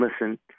listen